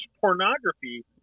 pornography